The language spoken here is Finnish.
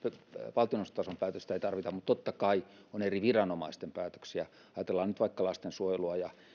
valtioneuvostotason päätöstä ei tarvita mutta totta kai on eri viranomaisten päätöksiä ajatellaan nyt vaikka lastensuojelua ja